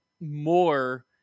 more